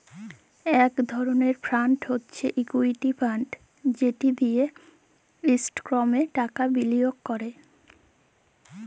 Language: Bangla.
ইক ধরলের ফাল্ড হছে ইকুইটি ফাল্ড যেট দিঁয়ে ইস্টকসে টাকা বিলিয়গ ক্যরে